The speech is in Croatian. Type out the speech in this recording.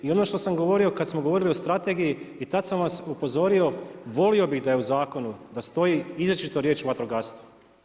I ono što sam govorio, kad smo govorili o strategiji i tad sam vas upozorio, volio bi da je u zakonu, da stoji izričito riječ vatrogastvo.